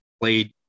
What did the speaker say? played